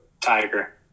tiger